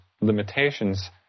limitations